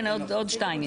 עוד שתיים.